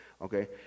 Okay